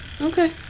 Okay